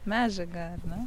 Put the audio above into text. medžiaga ar ne